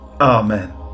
Amen